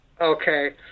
Okay